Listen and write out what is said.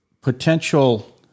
potential